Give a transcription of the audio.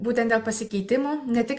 būtent dėl pasikeitimų ne tik